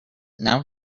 now